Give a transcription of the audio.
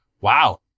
Wow